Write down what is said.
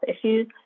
issues